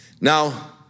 Now